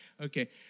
Okay